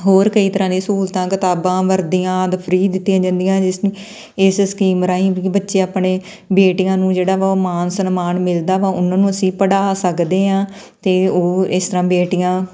ਹੋਰ ਕਈ ਤਰ੍ਹਾਂ ਦੀ ਸਹੂਲਤਾਂ ਕਿਤਾਬਾਂ ਵਰਦੀਆਂ ਆਦਿ ਫਰੀ ਦਿੱਤੀਆਂ ਜਾਂਦੀਆਂ ਜਿਸ ਇਸ ਸਕੀਮ ਰਾਹੀਂ ਕਿਉਂਕਿ ਬੱਚੇ ਆਪਣੇ ਬੇਟੀਆਂ ਨੂੰ ਜਿਹੜਾ ਵਾ ਉਹ ਮਾਨ ਸਨਮਾਨ ਮਿਲਦਾ ਵਾ ਉਹਨਾਂ ਨੂੰ ਅਸੀਂ ਪੜ੍ਹਾ ਸਕਦੇ ਹਾਂ ਅਤੇ ਉਹ ਇਸ ਤਰ੍ਹਾਂ ਬੇਟੀਆਂ